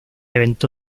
evento